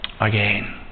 again